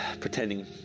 pretending